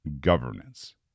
governance